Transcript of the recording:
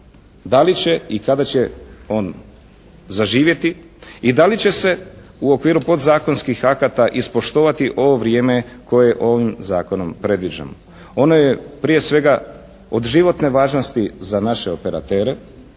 da li će i kada će on zaživjeti, i da li će se u okviru podzakonskih akata ispoštovati ovo vrijeme koje ovim zakonom predviđamo. Ono je prije svega od životne važnosti za naše operatere,